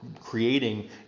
creating